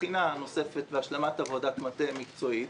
בחינה נוספת והשלמת עבודת מטה מקצועית